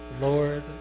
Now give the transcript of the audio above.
Lord